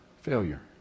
failure